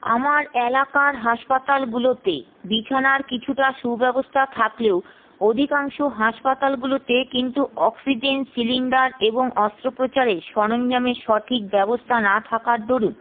আমার এলাকার হাসপাতালগুলোতে বিছানার কিছুটা সুব্যবস্থা থাকলেও অধিকাংশ হাসপাতালগুলোতে কিন্তু অক্সিজেন সিলিন্ডার এবং অস্ত্রোপচারে সরঞ্জামের সঠিক ব্যবস্থা না থাকার দরুণ